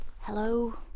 Hello